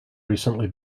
recently